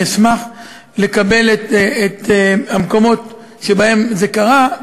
אני אשמח לקבל את שמות המקומות שבהם זה קרה,